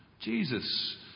Jesus